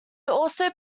also